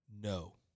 No